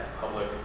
public